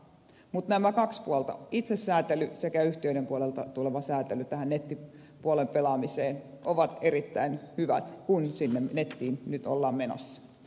mutta nämä kaksi puolta itsesäätely sekä yhtiöiden puolelta tuleva säätely tähän nettipuolen pelaamiseen ovat erittäin hyvät kun sinne nettiin nyt ollaan menossa